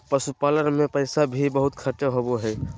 पशुपालन मे पैसा भी बहुत खर्च होवो हय